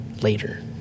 later